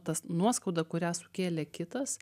tas nuoskauda kurią sukėlė kitas